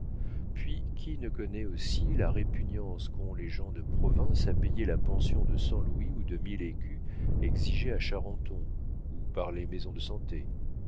puis qui ne connaît aussi la répugnance qu'ont les gens de province à payer la pension de cent louis ou de mille écus exigée à charenton ou par les maisons de santé